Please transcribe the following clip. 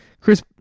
chris